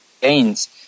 gains